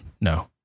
no